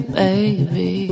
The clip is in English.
baby